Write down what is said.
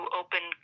open